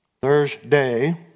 Thursday